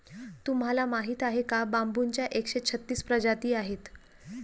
तुम्हाला माहीत आहे का बांबूच्या एकशे छत्तीस प्रजाती आहेत